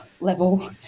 level